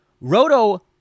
Roto